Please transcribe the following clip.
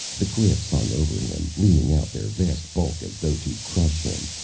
the cliffs hung over him, leaning out their vast bulk as though to crush him,